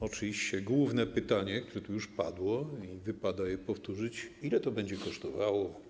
Oczywiście główne pytania, które tu już padały i wypada je powtórzyć, brzmią: Ile to będzie kosztowało?